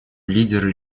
лидеры